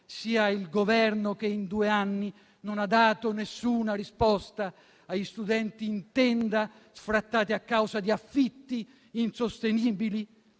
sia un Governo che, in due anni, non ha dato alcuna risposta agli studenti in tenda, sfrattati a causa di affitti insostenibili;